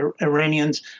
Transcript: Iranians